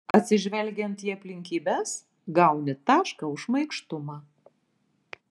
atsižvelgiant į aplinkybes gauni tašką už šmaikštumą